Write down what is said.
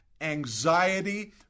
anxiety